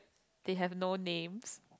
they have no names